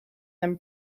them